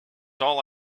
all